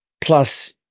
Plus